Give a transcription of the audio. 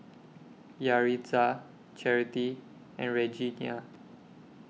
Yaritza Charity and Regenia